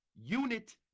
unit